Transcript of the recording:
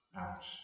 out